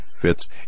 fits